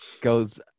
goes